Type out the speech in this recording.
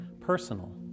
personal